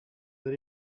that